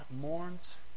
mourns